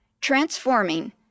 transforming